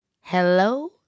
Hello